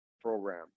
program